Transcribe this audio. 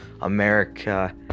America